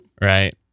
right